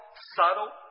subtle